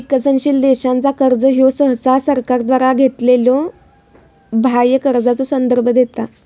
विकसनशील देशांचा कर्जा ह्यो सहसा सरकारद्वारा घेतलेल्यो बाह्य कर्जाचो संदर्भ देता